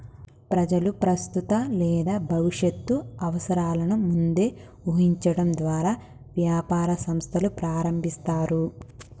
ప్రజలు ప్రస్తుత లేదా భవిష్యత్తు అవసరాలను ముందే ఊహించడం ద్వారా వ్యాపార సంస్థలు ప్రారంభిస్తారు